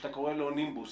שאתה קורא לו נימבוס,